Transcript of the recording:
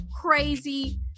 crazy